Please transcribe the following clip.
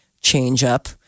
change-up